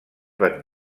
van